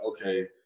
okay